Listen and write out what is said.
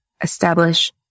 establish